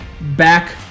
back